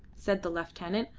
said the lieutenant,